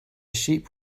sheep